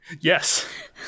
yes